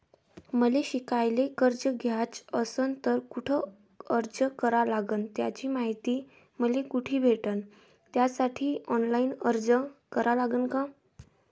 मले शिकायले कर्ज घ्याच असन तर कुठ अर्ज करा लागन त्याची मायती मले कुठी भेटन त्यासाठी ऑनलाईन अर्ज करा लागन का?